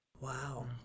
Wow